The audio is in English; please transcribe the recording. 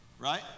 Right